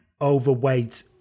overweight